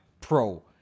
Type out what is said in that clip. Pro